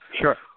Sure